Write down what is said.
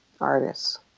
artists